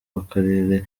w’akarere